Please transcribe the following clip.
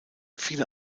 viele